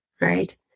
right